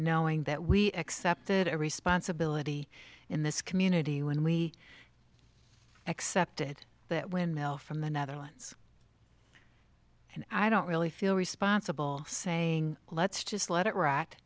knowing that we accepted a responsibility in this community when we accepted that windmill from the netherlands and i don't really feel responsible saying let's just let it r